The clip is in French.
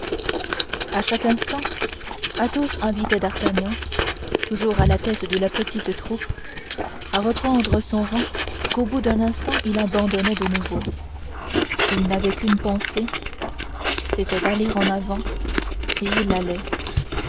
à chaque instant athos invitait d'artagnan toujours à la tête de la petite troupe à reprendre son rang qu'au bout d'un instant il abandonnait de nouveau il n'avait qu'une pensée c'était d'aller en avant et il allait